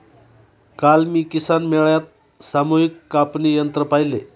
काल मी किसान मेळ्यात सामूहिक कापणी यंत्र पाहिले